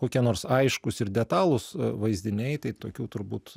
kokie nors aiškūs ir detalūs vaizdiniai tai tokių turbūt